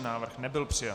Návrh nebyl přijat.